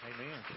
Amen